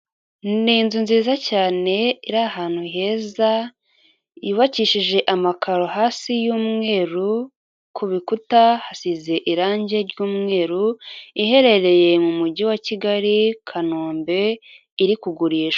N'inzu nziza cyane iri ahantu heza, yubakishije amakaro hasi y'umweru, ku bikuta hasize irangi ry'umweru iherereye mu mujyi wa Kigali, Kanombe iri kugurishwa.